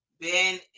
ben